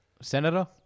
Senator